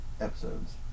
episodes